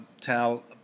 tell